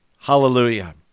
Hallelujah